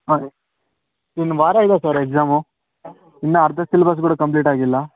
ಹಾಂ ಇನ್ನು ವಾರ ಇದೆ ಸರ್ ಎಗ್ಸಾಮು ಇನ್ನೂ ಅರ್ಧ ಸಿಲಬಸ್ ಕೂಡ ಕಂಪ್ಲೀಟ್ ಆಗಿಲ್ಲ